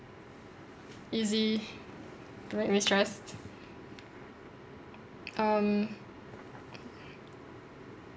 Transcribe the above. easy to make me stress um